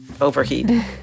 overheat